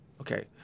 okay